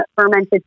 fermented